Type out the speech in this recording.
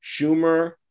Schumer